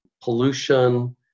pollution